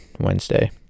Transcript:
wednesday